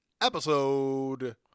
episode